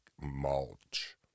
mulch